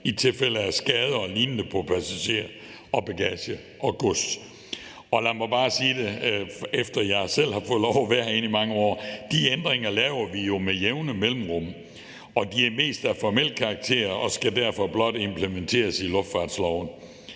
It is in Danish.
i tilfælde af skader og lignende på passagerer, bagage og gods. Lad mig bare sige, efter at jeg selv har fået lov at være herinde i mange år, at de ændringer laver vi jo med jævne mellemrum, og de er mest af formel karakter og skal derfor blot implementeres i luftfartsloven.